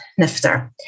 nifter